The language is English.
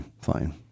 fine